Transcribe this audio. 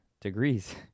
degrees